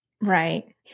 Right